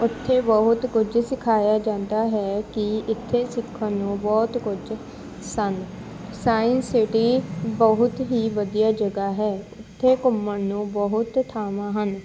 ਉੱਥੇ ਬਹੁਤ ਕੁਝ ਸਿਖਾਇਆ ਜਾਂਦਾ ਹੈ ਕਿ ਇੱਥੇ ਸਿੱਖਣ ਨੂੰ ਬਹੁਤ ਕੁਝ ਸਨ ਸਾਇੰਸ ਸਿਟੀ ਬਹੁਤ ਹੀ ਵਧੀਆ ਜਗ੍ਹਾ ਹੈ ਉੱਥੇ ਘੁੰਮਣ ਨੂੰ ਬਹੁਤ ਥਾਵਾਂ ਹਨ